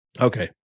Okay